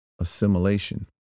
assimilation